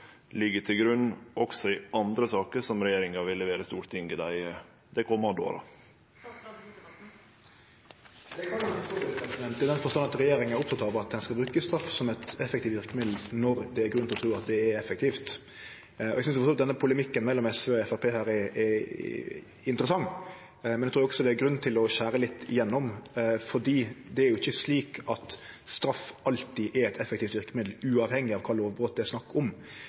ligg til grunn også i andre saker som regjeringa vil levere til Stortinget dei komande åra? Det kan ein for så vidt, i den forstand at regjeringa er oppteken av at ein skal bruke straff som eit effektivt verkemiddel, når det er grunn til å tru at det er effektivt. Eg synest denne polemikken mellom SV og Framstegspartiet er interessant, men eg trur også det er grunn til å skjere litt igjennom, for det er jo ikkje slik at straff alltid er eit effektivt verkemiddel uavhengig av kva lovbrot det er snakk om.